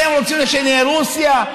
אתם רוצים שנהיה רוסיה?